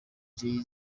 jay